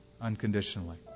unconditionally